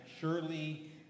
Surely